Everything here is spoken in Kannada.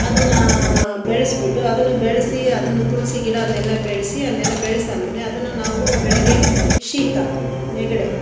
ಅದನ್ನ ಬೆಳೆಸಿಬಿಟ್ಟು ಅದನ್ನು ಬೆಳೆಸಿ ತುಳಸಿ ಗಿಡ ಅದನ್ನೆಲ್ಲ ಬೆಳೆಸಿ ಅದನ್ನೆಲ್ಲ ಬೆಳ್ಸಾದ್ಮೇಲೆ ಅದನ್ನು ನಾವು ಬೆಳಿಗ್ಗೆ ಶೀತ ನೆಗಡಿ